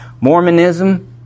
Mormonism